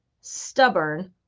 stubborn